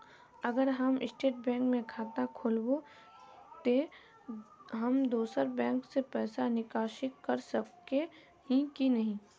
अगर हम State Bank में खाता खोलबे तो हम दोसर बैंक से पैसा निकासी कर सके ही की नहीं?